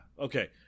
okay